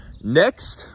Next